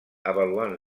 avaluant